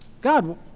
God